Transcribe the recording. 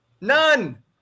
None